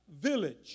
village